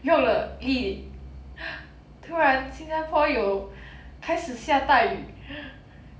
用了力突然新加坡有开始下大雨